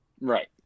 Right